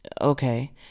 okay